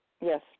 yes